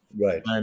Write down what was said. Right